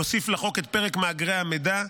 הוסיף לחוק את פרק מאגרי המידע,